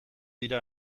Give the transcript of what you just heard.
dira